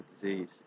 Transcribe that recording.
disease